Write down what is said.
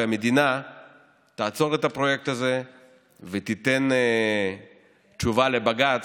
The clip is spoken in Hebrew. והמדינה תעצור את הפרויקט הזה ותיתן תשובה לבג"ץ,